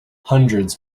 hundreds